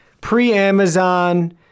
pre-Amazon